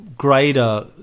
greater